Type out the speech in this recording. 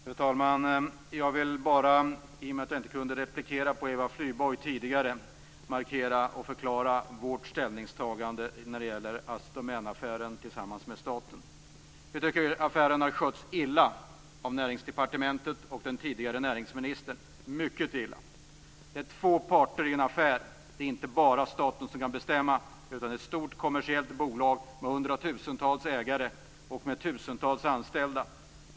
Fru talman! Jag vill bara i och med att jag inte kunde replikera på Eva Flyborg tidigare förklara vårt ställningstagande i Assi Domänaffären tillsammans med staten. Vi tycker att affären har skötts mycket illa av Näringsdepartementet och den tidigare näringsministern. Det finns två parter i en affär. Staten kan inte ensam bestämma. Det gäller ett stort kommersiellt bolag med hundratusentals ägare och med tusentals anställda.